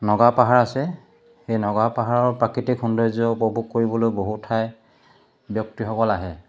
নগা পাহাৰ আছে সেই নগা পাহাৰৰ প্ৰাকৃতিক সৌন্দৰ্য উপভোগ কৰিবলৈ বহু ঠাইৰ ব্যক্তিসকল আহে